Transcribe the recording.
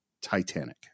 Titanic